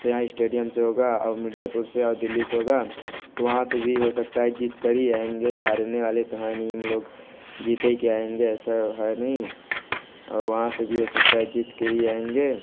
तो यहाँ स्टेडियम से होगा और मिर्जापुर से और दिल्ली से होगा तो वहाँ से भी हो सकता है जीत कर ही आएंगे हारने वाले तो हैं नहीं हम लोग जीते के आएंगे ऐसा है नहीं वहाँ से भी हो सकता है जीत के ही आएंगे